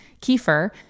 kefir